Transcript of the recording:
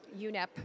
UNEP